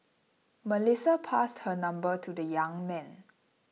Melissa passed her number to the young man